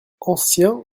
ancien